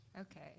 Okay